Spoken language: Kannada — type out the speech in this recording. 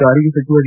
ಸಾರಿಗೆ ಸಚಿವ ಡಿ